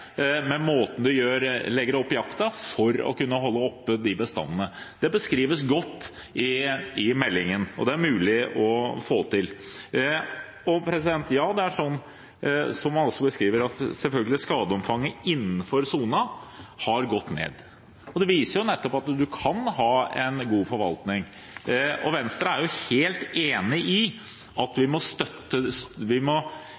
måten man legger opp jakten på, for å holde oppe disse bestandene. Det beskrives godt i meldingen, og det er mulig å få til. Ja, det er slik som man beskriver, at skadeomfanget innenfor sonen selvfølgelig har gått ned. Det viser nettopp at man kan ha en god forvaltning. Venstre er helt enig i at man må styrke de forebyggende tiltakene innenfor ulvesonen, og vi